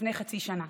לפני חצי שנה,